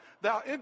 thou